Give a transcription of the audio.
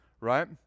right